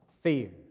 fear